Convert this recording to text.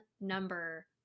number